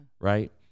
right